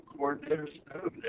coordinators